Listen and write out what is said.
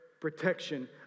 protection